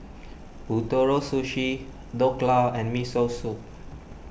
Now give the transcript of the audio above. Ootoro Sushi Dhokla and Miso Soup